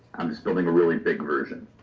i'm just building a really big version.